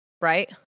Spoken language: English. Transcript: right